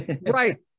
Right